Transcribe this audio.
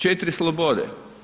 4 slobode.